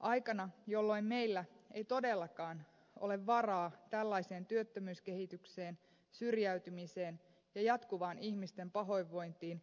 aikana jolloin meillä ei todellakaan ole varaa tällaiseen työttömyyskehitykseen syrjäytymiseen ja jatkuvaan ihmisten pahoinvointiin